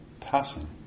passing